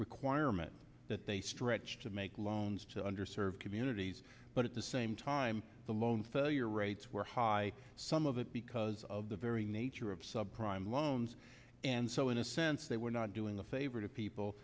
requirement that they stretch to make loans to under served communities but at the same time the loan failure rates were high some of it because of the very nature of subprime loans and so in a sense they were not doing a favor to people